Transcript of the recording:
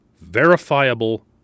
verifiable